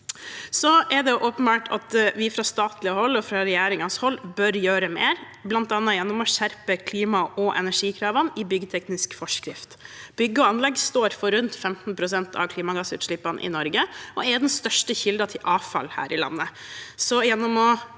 Det er åpenbart at vi fra statlig hold og regjeringshold bør gjøre mer, bl.a. gjennom å skjerpe klima- og energikravene i byggteknisk forskrift. Bygg og anlegg står for rundt 15 pst. av klimagassutslippene i Norge og er den største kilden til avfall her i landet.